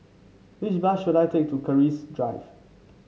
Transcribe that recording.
which bus should I take to Keris Drive